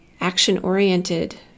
action-oriented